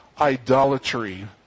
idolatry